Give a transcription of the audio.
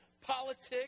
politics